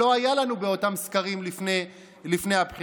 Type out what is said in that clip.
לא היה לנו באותם סקרים לפני הבחירות.